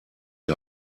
die